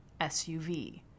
SUV